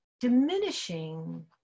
diminishing